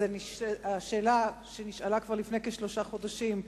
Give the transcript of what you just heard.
השאילתא שנשאלה כבר לפני כשלושה חודשים,